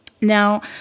Now